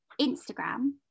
Instagram